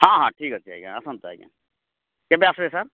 ହଁ ହଁ ଠିକ୍ ଅଛି ଆଜ୍ଞା ଆସନ୍ତୁ ଆଜ୍ଞା କେବେ ଆସିବେ ସାର୍